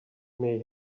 may